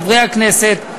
חברי הכנסת,